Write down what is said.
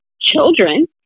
children